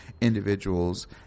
individuals